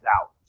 out